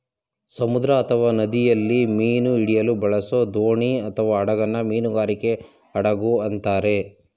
ಸಮುದ್ರ ಅಥವಾ ನದಿಯಲ್ಲಿ ಮೀನು ಹಿಡಿಯಲು ಬಳಸೋದೋಣಿಅಥವಾಹಡಗನ್ನ ಮೀನುಗಾರಿಕೆ ಹಡಗು ಅಂತಾರೆ